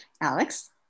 Alex